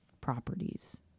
properties